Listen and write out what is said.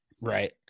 Right